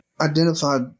identified